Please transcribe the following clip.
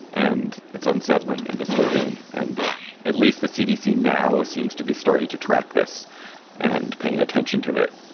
and it's unsettling and disturbing and at least the cdc now seems to be starting to track this and paying attention to it.